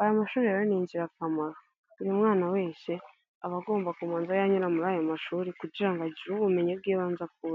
Aya mashuri ni ingirakamaro, umwana wese aba agomba kubanza yanyura muri ayo mashuri kugira ngo agire ubumenyi bw'ibanze akuramo.